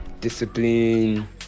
discipline